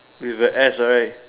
with a S right